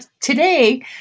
today